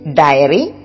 diary